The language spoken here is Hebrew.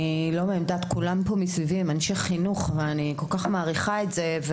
כולם פה מסביבי הם אנשי חינוך ואני כל כך מעריכה את זה,